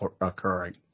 occurring